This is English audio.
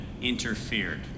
interfered